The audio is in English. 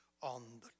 on